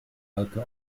alke